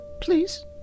Please